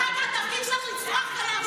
היא לא במערכת בחירות.